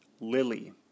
Lily